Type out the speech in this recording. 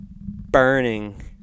burning